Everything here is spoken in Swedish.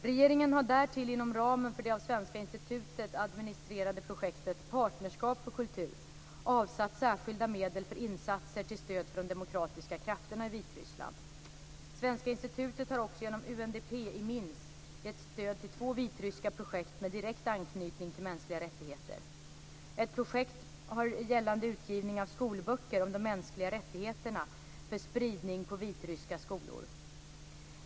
Regeringen har därtill inom ramen för det av Svenska institutet har också genom UNDP i Minsk gett stöd till två vitryska projekt med direkt anknytning till mänskliga rättigheter. Ett projekt har gällt utgivning av skolböcker om de mänskliga rättigheterna för spridning på vitryska skolor.